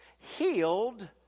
healed